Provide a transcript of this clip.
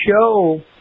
show